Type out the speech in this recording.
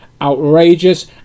outrageous